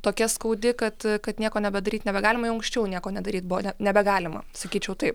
tokia skaudi kad kad nieko nebedaryt nebegalima jau anksčiau nieko nedaryt buvo ne nebegalima sakyčiau taip